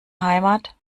heimat